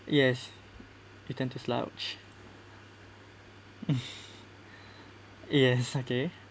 yes pretend to slouch yes okay